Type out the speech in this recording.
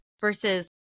versus